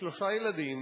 יש להם שלושה ילדים,